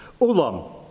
Ulam